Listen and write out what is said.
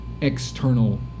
external